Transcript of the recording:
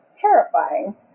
terrifying